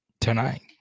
tonight